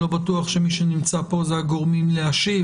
אני לא בטוח שמי שנמצא כאן אלה הגורמים להשיב,